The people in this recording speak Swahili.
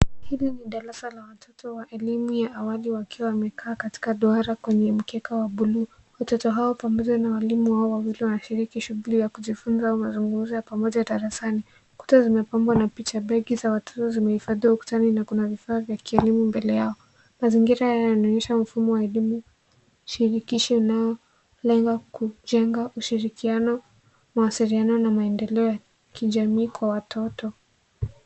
Hili ni darasa la watoto wa elimu ya awali wakiwa wamekaa katika duara kwenye mkeka wa bluu. Watoto hao pamoja na walimu wao wawili wanashiriki katika shughuli ya kujifunza au mazungumzo ya pamoja darasani. Kuta zimepambwa na picha. Begi za watoto zimehifadhiwa ukutani na kuna vifaa vya kielimu mbele yao. Mazingira haya yanaonyesha mfumo wa elimu shirikishi unaolenga kujenga ushirikiano, mawasiliano na maendeleo ya kijamii kwa watoto.